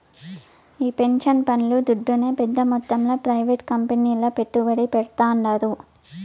ఈ పెన్సన్ పండ్లు దుడ్డునే పెద్ద మొత్తంలో ప్రైవేట్ కంపెనీల్ల పెట్టుబడి పెడ్తాండారు